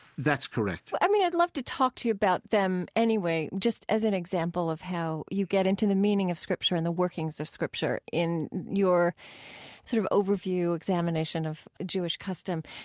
that's correct well, i mean, i'd love to talk to you about them anyway just as an example of how you get into the meaning of scripture and the workings of scripture in your sort of overview examination of jewish custom.